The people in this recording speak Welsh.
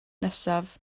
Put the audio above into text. nesaf